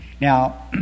Now